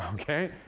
um okay?